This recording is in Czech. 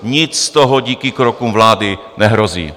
Nic z toho díky krokům vlády nehrozí.